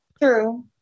True